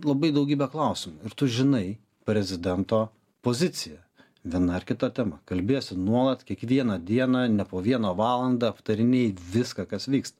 labai daugybę klausimų ir tu žinai prezidento poziciją viena ar kita tema kalbiesi nuolat kiekvieną dieną ne po vieną valandą aptarinėji viską kas vyksta